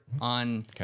on